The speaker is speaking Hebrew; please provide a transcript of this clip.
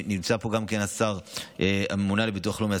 נמצא פה גם השר הממונה על הביטוח הלאומי,